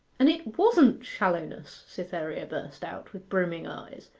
and it wasn't shallowness cytherea burst out, with brimming eyes.